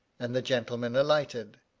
and the gentleman alighted.